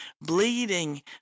bleeding